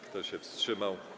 Kto się wstrzymał?